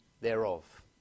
thereof